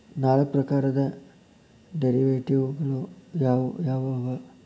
ನಾಲ್ಕ್ ಪ್ರಕಾರದ್ ಡೆರಿವೆಟಿವ್ ಗಳು ಯಾವ್ ಯಾವವ್ಯಾವು?